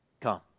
come